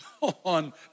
on